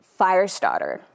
Firestarter